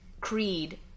creed